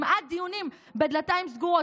למעט בדיונים בדלתיים סגורות.